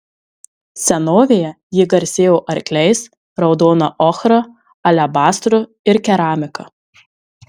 senovėje ji garsėjo arkliais raudona ochra alebastru ir keramika